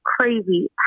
crazy